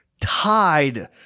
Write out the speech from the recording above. tied